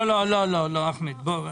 לא, לא, אחמד, בוא.